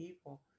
evil